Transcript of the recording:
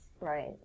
right